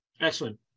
Excellent